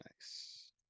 Nice